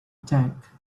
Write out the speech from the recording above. tank